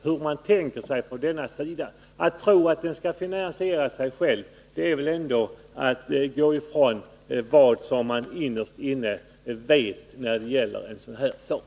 Att tro att reformen skall kunna finansiera sig själv är väl ändå att bortse från vad man innerst inne vet när det gäller en sådan här sak.